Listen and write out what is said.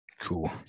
cool